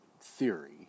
theory